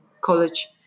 college